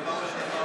די.